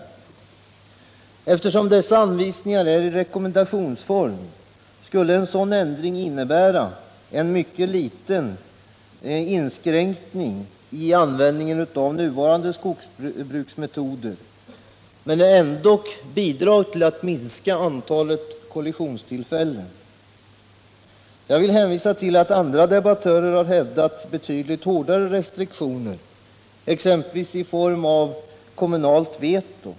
Eftersom dessa anvisningar ges i rekommendationsform skulle en sådan ändring innebära en mycket liten inskränkning i användningen av nuvarande skogsbruksmetoder men ändock bidra till att minska antalet kollisionstillfällen. Jag vill hänvisa till att andra debattörer hävdat betydligt hårdare restriktioner, t.ex. i form av kommunalt veto.